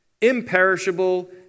imperishable